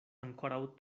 ankoraŭ